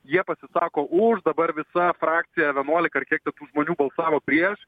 jie pasisako už dabar visa frakcija vienuolika ar kiek ten tų žmonių balsavo prieš